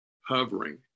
hovering